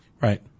Right